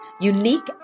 unique